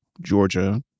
Georgia